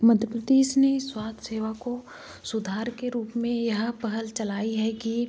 मध्य प्रदेश ने स्वास्थय सेवा को सुधार के रूप में यह पहल चलाई है कि